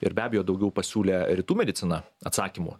ir be abejo daugiau pasiūlė rytų medicina atsakymų